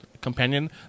companion